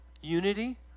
Unity